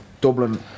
Dublin